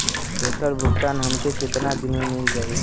ऐकर भुगतान हमके कितना दिन में मील जाई?